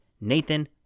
Nathan